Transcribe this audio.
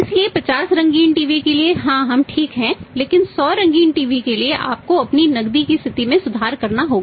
इसलिए 50 रंगीन टीवी के लिए हां हम ठीक हैं लेकिन 100 रंगीन टीवी के लिए आपको अपनी नकदी की स्थिति में सुधार करना होगा